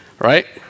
right